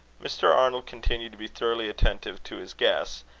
mr. arnold continued to be thoroughly attentive to his guests,